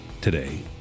today